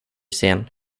sen